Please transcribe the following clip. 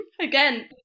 again